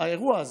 האירוע הזה,